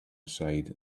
aside